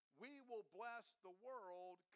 we-will-bless-the-world